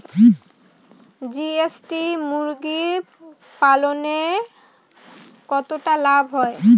GST মুরগি পালনে কতটা লাভ হয়?